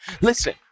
Listen